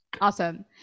Awesome